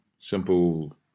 simple